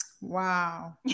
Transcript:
Wow